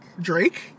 Drake